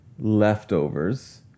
leftovers